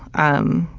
um,